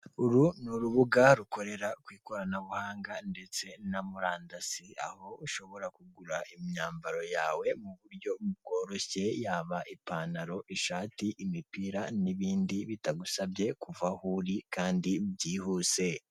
Uru ni urubuga rukorera ku ikoranabuhanga ndetse na murandasi, aho ushobora kugura imyambaro yawe mu buryo bworoshye, yaba ipantaro, ishati, imipira n'ibindi bitagusabye kuva aho uri kandi byihuse.